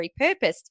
repurposed